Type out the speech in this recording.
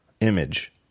image